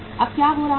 अब क्या हो रहा है